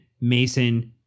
Mason